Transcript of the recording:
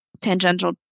tangential